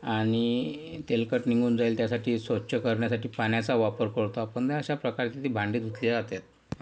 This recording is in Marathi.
आणि तेलकट निघून जाईल त्यासाठी स्वच्छ करण्यासाठी पाण्याचा वापर करतो आपण अशा प्रकारे ती भांडी धुतली जातात